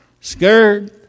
scared